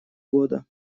года